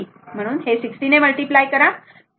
म्हणून 60 ने मल्टिप्लाय करा